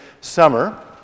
summer